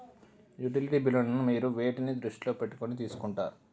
Utility బిల్లులను మీరు వేటిని దృష్టిలో పెట్టుకొని తీసుకుంటారు?